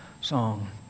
song